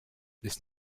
this